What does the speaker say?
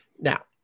Now